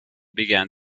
began